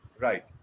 Right